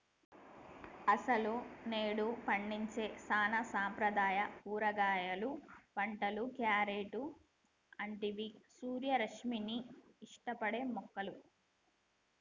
అసలు నేడు పండించే సానా సాంప్రదాయ కూరగాయలు పంటలు, క్యారెట్లు అంటివి సూర్యరశ్మిని ఇష్టపడే మొక్కలు